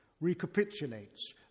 recapitulates